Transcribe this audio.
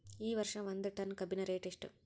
ಈ ವರ್ಷ ಒಂದ್ ಟನ್ ಕಬ್ಬಿನ ರೇಟ್ ಎಷ್ಟು?